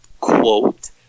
quote